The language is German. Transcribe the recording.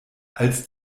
als